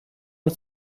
and